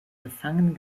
gefangen